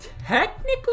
technically